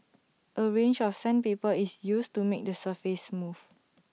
A range of sandpaper is used to make the surface smooth